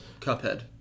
Cuphead